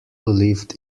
lived